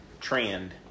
trend